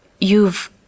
You've